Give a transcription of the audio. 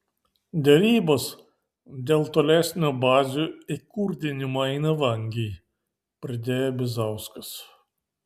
derybos dėl tolesnio bazių įkurdinimo eina vangiai pridėjo bizauskas